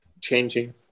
changing